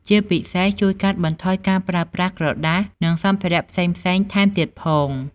ជាពិសេស ជួយកាត់បន្ថយការប្រើប្រាស់ក្រដាសនិងសម្ភារៈផ្សេងៗ ថែមទៀតផង។